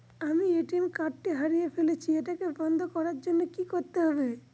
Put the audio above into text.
আমি ATM card টি হারিয়ে ফেলেছি এটাকে বন্ধ করার জন্য কি করতে হবে?